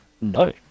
No